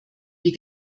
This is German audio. die